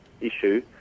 issue